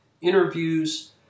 interviews